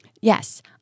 Yes